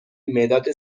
مداد